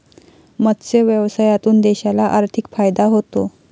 मत्स्य व्यवसायातून देशाला आर्थिक फायदा होतो